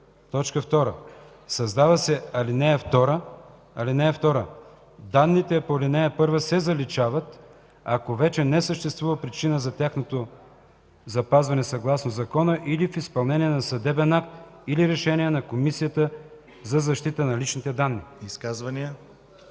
1. 2. Създава се ал. 2: „(2) Данните по ал. 1 се заличават, ако вече не съществува причина за тяхното запазване съгласно закона или в изпълнение на съдебен акт или решение на Комисията за защита на личните данни.”